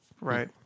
Right